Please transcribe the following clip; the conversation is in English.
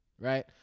right